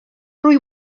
rwy